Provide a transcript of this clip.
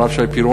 הרב שי פירון,